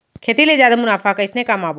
खेती ले जादा मुनाफा कइसने कमाबो?